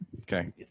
Okay